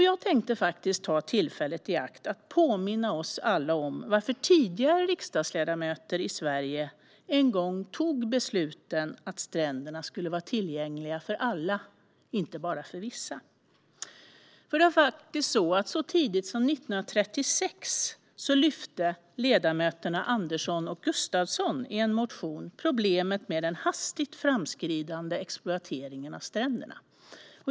Jag tänkte ta tillfället i akt att påminna oss alla om varför tidigare riksdagsledamöter i Sverige en gång tog besluten att stränderna skulle vara tillgängliga för alla, inte bara för vissa. Så tidigt som 1936 lyfte faktiskt ledamöterna Andersson och Gustafsson i en motion problemet med den hastigt framskridande exploateringen av stränderna.